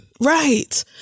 right